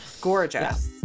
Gorgeous